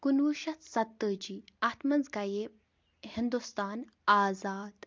کُنوُہ شیٚتھ ستٲجی اتھ منٛز گیہِ ہنٛدوستان آزاد